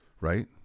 Right